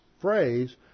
phrase